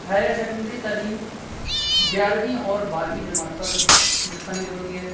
higher secondary تعلیم گیارہویں اور بارہویں جماعت پر مشتمل ہوتی ہے